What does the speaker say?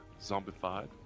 Zombified